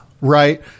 right